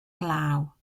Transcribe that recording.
glaw